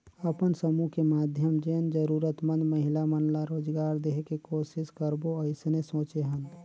अपन समुह के माधियम जेन जरूरतमंद महिला मन ला रोजगार देहे के कोसिस करबो अइसने सोचे हन